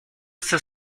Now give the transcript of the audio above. está